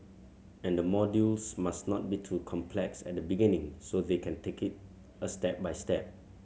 and the modules must not be too complex at the beginning so they can take it a step by step